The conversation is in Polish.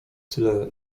tyle